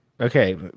okay